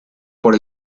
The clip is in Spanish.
por